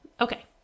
okay